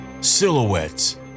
silhouettes